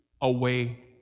away